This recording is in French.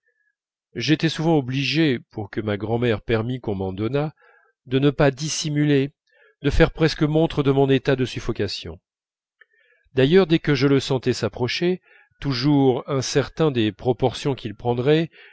j'étais souvent obligé pour que ma grand'mère permît qu'on m'en donnât de ne pas dissimuler de faire presque montre de mon état de suffocation d'ailleurs dès que je le sentais s'approcher toujours incertain des proportions qu'il prendrait